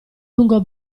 lungo